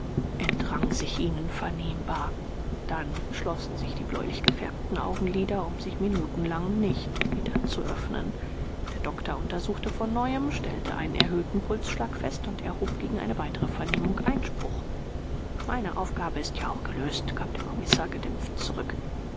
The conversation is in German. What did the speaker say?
entrang sich ihnen vernehmbar dann schlossen sich die bläulich gefärbten augenlider um sich minutenlang nicht wieder zu öffnen der doktor untersuchte von neuem stellte einen erhöhten pulsschlag fest und erhob gegen eine weitere vernehmung einspruch meine aufgabe ist ja auch gelöst gab der kommissar gedämpft zurück